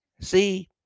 See